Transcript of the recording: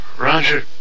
Roger